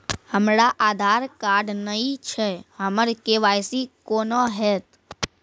हमरा आधार कार्ड नई छै हमर के.वाई.सी कोना हैत?